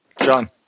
John